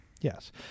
Yes